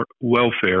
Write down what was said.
welfare